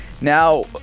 Now